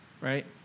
right